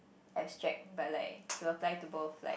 abstract but like to apply to both like